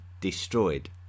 destroyed